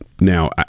Now